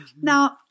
Now